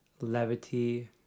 levity